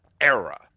era